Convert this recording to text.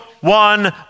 one